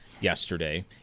yesterday